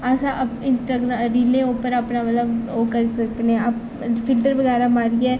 अस अप इंस्टाग्राम रीलें उप्पर अपना मतलब ओह् करी सकनें फिल्टर बगैरा मारियै